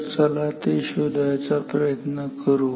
तर चला ते शोधायचा प्रयत्न करू